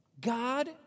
God